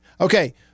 okay